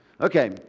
Okay